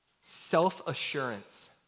Self-assurance